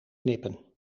knippen